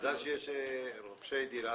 מזל שיש רוכשי דירה